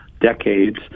decades